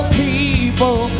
people